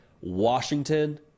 Washington